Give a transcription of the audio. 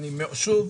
הנושא הנוסף